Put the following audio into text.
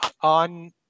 On